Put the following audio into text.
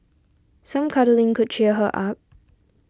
some cuddling could cheer her up